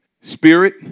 Spirit